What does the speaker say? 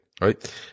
right